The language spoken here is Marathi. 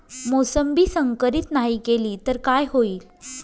मोसंबी संकरित नाही केली तर काय होईल?